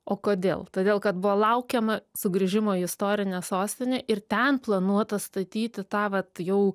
o kodėl todėl kad buvo laukiama sugrįžimo į istorinę sostinę ir ten planuota statyti tą vat jau